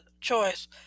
choice